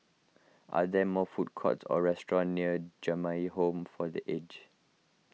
are there more food courts or restaurants near Jamiyah Home for the Aged